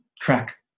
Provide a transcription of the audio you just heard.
track